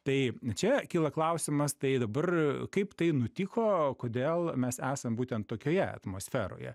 tai čia kyla klausimas tai dabar kaip tai nutiko kodėl mes esam būtent tokioje atmosferoje